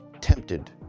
tempted